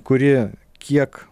kuri kiek